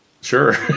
Sure